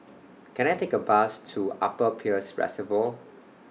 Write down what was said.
Can I Take A Bus to Upper Peirce Reservoir